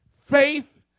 faith